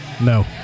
No